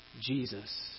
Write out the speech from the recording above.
Jesus